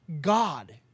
God